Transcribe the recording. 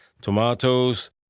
tomatoes